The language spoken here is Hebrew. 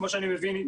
כמו שאני מבין,